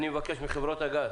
אני מבקש מחברות הגז